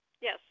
Yes